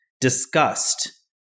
disgust